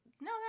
no